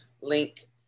link